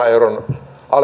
euron